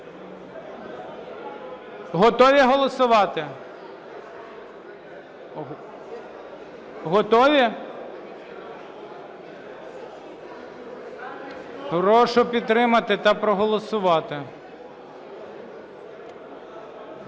Готові голосувати? Готові? Прошу підтримати та проголосувати.